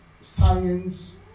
science